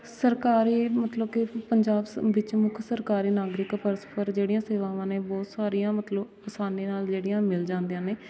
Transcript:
ਸਰਕਾਰੀ ਮਤਲਬ ਕਿ ਪੰਜਾਬ ਸ ਵਿੱਚ ਮੁੱਖ ਸਰਕਾਰੀ ਨਾਗਰਿਕ ਪਰਸਪਰ ਜਿਹੜੀਆਂ ਸੇਵਾਵਾਂ ਨੇ ਬਹੁਤ ਸਾਰੀਆਂ ਮਤਲਬ ਆਸਾਨੀ ਨਾਲ਼ ਜਿਹੜੀਆਂ ਮਿਲ ਜਾਂਦੀਆਂ ਨੇ